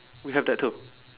we have that too